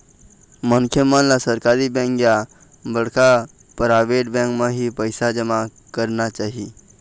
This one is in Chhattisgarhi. मनखे मन ल सरकारी बेंक या बड़का पराबेट बेंक म ही पइसा जमा करना चाही